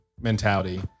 mentality